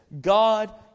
God